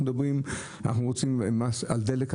אנחנו רוצים מס על דלק,